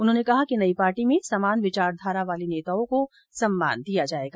उन्होंने कहा कि नयी पार्टी में समान विचारधारा वाले नेताओं को सम्मान दिया जाएगा